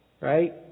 right